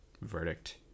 verdict